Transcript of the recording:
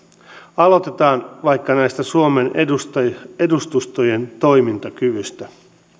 aloitetaan vaikka suomen edustustojen toimintakyvystä